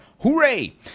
Hooray